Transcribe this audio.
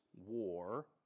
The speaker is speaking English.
war